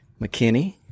McKinney